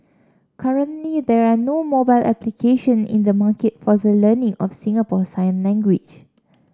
currently there are no mobile application in the market for the learning of Singapore sign language